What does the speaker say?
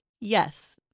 Yes